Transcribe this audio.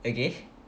okay